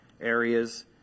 areas